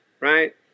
right